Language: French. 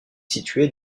située